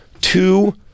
Two